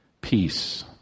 Peace